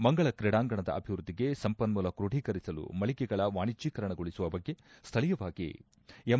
ಮಂಗಳ ಕ್ರೀಡಾಂಗಣದ ಅಭಿವೃದ್ಧಿಗೆ ಸಂಪನ್ನೂಲ ಕ್ರೋಢೀಕರಿಸಲು ಮಳಗೆಗಳ ವಾಣಿಜ್ಞೀಕರಣಗೊಳಿಸುವ ಬಗ್ಗೆ ಸ್ಥಳೀಯವಾಗಿ ಎಂ